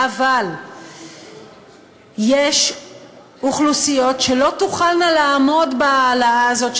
אבל יש אוכלוסיות שלא תוכלנה לעמוד בהעלאה הזאת,